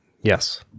Yes